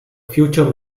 future